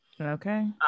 Okay